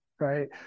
Right